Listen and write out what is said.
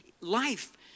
life